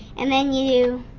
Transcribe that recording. and then you